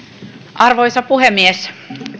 arvoisa puhemies